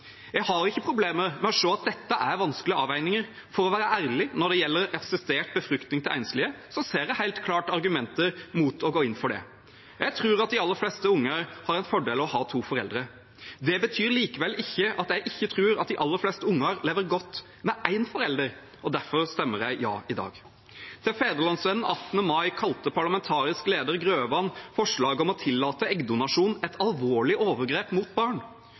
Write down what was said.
Jeg har ikke problemer med å se at dette er vanskelige avveininger. For å være ærlig: Når det gjelder assistert befruktning til enslige, ser jeg helt klart argumenter mot å gå inn for det. Jeg tror de aller fleste unger har en fordel av å ha to foreldre. Det betyr likevel ikke at jeg ikke tror at de aller fleste unger lever godt med én forelder, og derfor stemmer jeg ja i dag. I Fædrelandsvennen 18. mai kalte parlamentarisk leder, Hans Fredrik Grøvan, forslaget om å tillate eggdonasjon «et alvorlig overgrep mot barn».